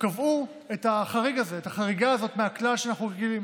קבעו את החריגה הזאת מהכלל שאנחנו רגילים.